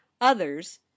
Others